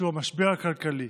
שהוא המשבר הכלכלי.